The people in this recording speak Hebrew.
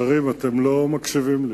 לא מקשיבים לי.